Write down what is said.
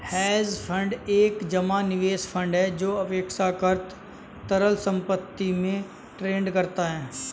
hedge fund एक जमा निवेश फंड है जो अपेक्षाकृत तरल संपत्ति में ट्रेड करता है